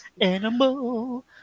animal